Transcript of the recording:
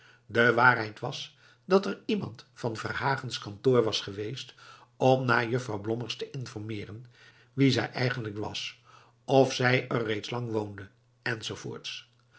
de waarheid was dat er iemand van verhagens kantoor was geweest om naar juffrouw blommers te informeeren wie zij eigenlijk was of zij er reeds lang woonde